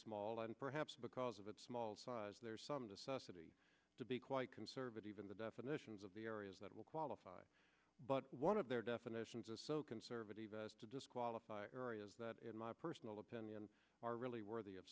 small and perhaps because of its small size there's some to suss city to be quite conservative in the definitions of the areas that will qualify but one of their definitions of conservative as to disqualify areas that in my personal opinion are really worthy of